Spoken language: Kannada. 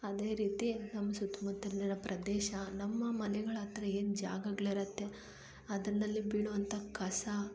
ಅದೇ ರೀತಿ ನಮ್ಮ ಸುತ್ತಮುತ್ತಲಿರೊ ಪ್ರದೇಶ ನಮ್ಮ ಮನೆಗಳ ಹತ್ರ ಏನು ಜಾಗಗಳಿರುತ್ತೆ ಅದರ್ನಲ್ಲಿ ಬೀಳೋ ಅಂಥ ಕಸ